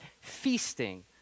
feasting